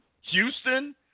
Houston